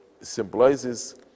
symbolizes